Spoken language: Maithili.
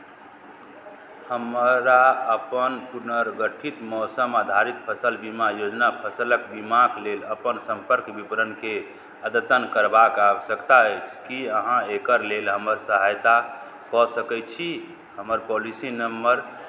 हमरा अपन पुनर्गठित मौसम आधारित फसल बीमा योजना फसलक बीमाक लेल अपन सम्पर्क विवरणकेँ अद्यतन करबाक आवश्यकता अछि की अहाँ एकरा लेल हमर सहायता कऽ सकैत छी हमर पॉलिसी नम्बर